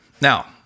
Now